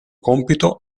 compito